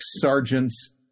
sergeants